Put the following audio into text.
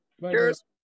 Cheers